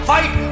Fight